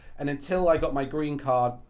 and until i got my green card,